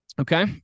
Okay